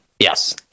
Yes